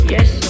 Yes